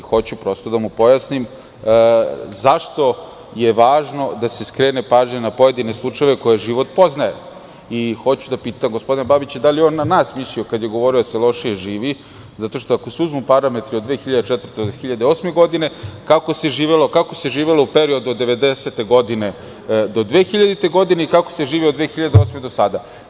Hoću prosto da mu pojasnim zašto je važno da se skrene pažnja na pojedine slučajeve, koje život poznaje, i hoću da pitam gospodina Babića da li je na nas mislio kada je govorio da se lošije živi, zato što ako se uzmu parametri od 2004. do 2008. godine, kako se živelo, kako se živelo u periodu od 1990. godine do 2000. godine, i kako se živi od 2008. godine do sada.